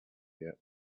yet